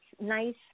nice